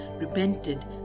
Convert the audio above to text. repented